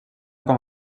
com